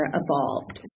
evolved